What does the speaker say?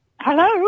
Hello